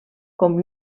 com